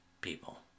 people